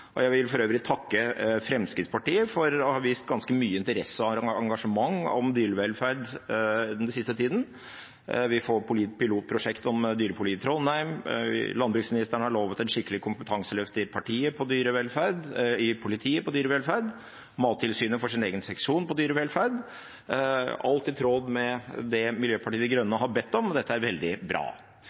Jeg vil for øvrig takke Fremskrittspartiet for å ha vist ganske mye interesse og engasjement for dyrevelferd den siste tida. Vi får et pilotprosjekt om dyrepoliti i Trondheim, landbruksministeren har lovet et skikkelig kompetanseløft i politiet på dyrevelferd, Mattilsynet får sin egen seksjon for dyrevelferd – alt i tråd med det Miljøpartiet De Grønne har bedt om, og dette er veldig bra.